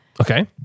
Okay